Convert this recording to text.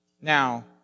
Now